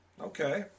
Okay